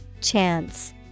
Chance